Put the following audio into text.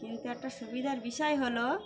কিন্তু একটা সুবিধার বিষয় হলো